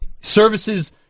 Services